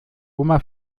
oma